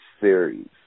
series